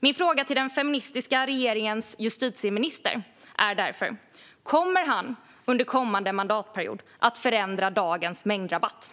Min fråga till den feministiska regeringens justitieminister är därför: Kommer han under kommande mandatperiod att förändra dagens mängdrabatt?